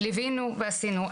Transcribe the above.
ליווינו ועשינו.